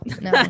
no